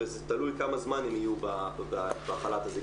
וזה תלוי כמה זמן הם יהיו בחל"ת הזה.